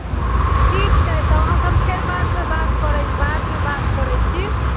हँ ठीक छै तऽ आहाँसँ फेर बातमे बात करै बादमे बात करैत छी